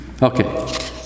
Okay